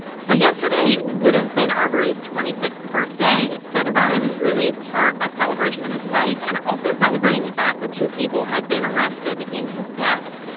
so yesterday would have been arbery's twenty sixth birthday. so the rally was really part a celebration of his life, and also celebrating the fact that two people had been arrested in his death.